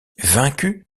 vaincus